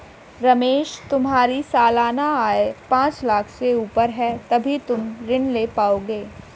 रमेश तुम्हारी सालाना आय पांच लाख़ से ऊपर है तभी तुम ऋण ले पाओगे